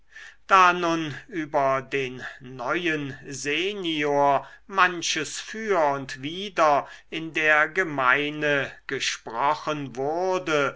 da nun über den neuen senior manches für und wider in der gemeine gesprochen wurde